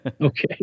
Okay